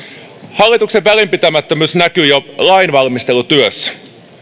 hallituksen välinpitämättömyys näkyy jo lainvalmistelutyössä